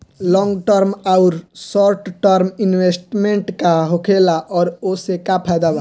Long term आउर short term investment का होखेला और ओसे का फायदा बा?